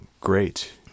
great